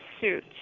suit